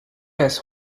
has